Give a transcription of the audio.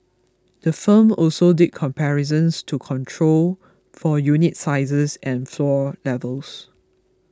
the firm also did comparisons to control for unit sizes and floor levels